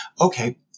okay